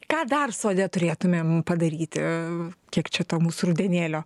ką dar sode turėtumėm padaryti kiek čia to mūsų rudenėlio